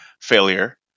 failure